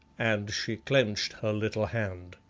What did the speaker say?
and she clenched her little hand.